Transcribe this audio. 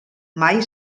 mai